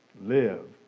live